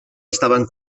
estaven